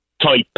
type